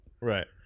Right